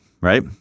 right